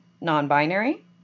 non-binary